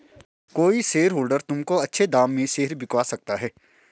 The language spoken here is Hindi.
कोई शेयरहोल्डर तुमको अच्छे दाम में शेयर बिकवा सकता है